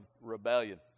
rebellion